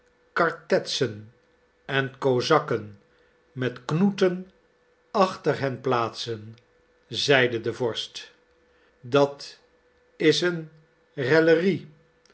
kartetsen en kozakken met knoeten achter hen plaatsen zeide de vorst dat is een